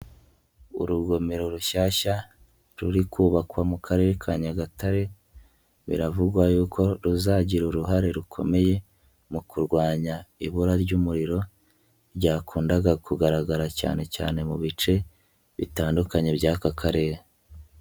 Urugomero rushyashya ruri kubakwa mu karere ka Nyagatare, biravugwa yuko ruzagira uruhare rukomeye, mu kurwanya ibura ry'umuriro, ryakundaga kugaragara cyane cyane mu bice bitandukanye by'aka karere.